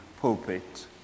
pulpit